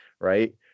right